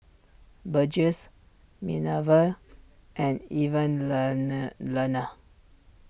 Burgess Minervia and